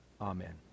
Amen